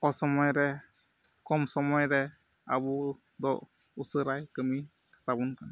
ᱚᱥᱚᱢᱚᱭ ᱨᱮ ᱠᱚᱢ ᱥᱚᱢᱚᱭ ᱨᱮ ᱟᱵᱚ ᱫᱚ ᱩᱥᱟᱹᱨᱟᱭ ᱠᱟᱹᱢᱤ ᱠᱟᱛᱟᱵᱚᱱ ᱠᱟᱱᱟ